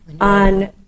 on